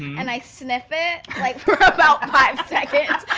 and i sniff it, like for about five seconds.